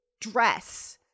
dress